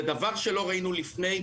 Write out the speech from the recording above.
זה דבר שלא ראינו לפני.